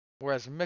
Whereas